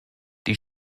die